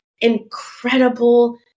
incredible